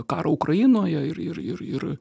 karą ukrainoje ir ir ir ir